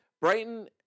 Brighton